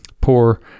poor